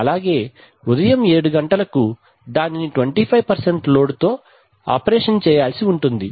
అలాగే ఉదయం ఏడు గంటలకు దానిని 25 లోడుతో ఆపరేషన్ చేయాల్సి ఉంటుంది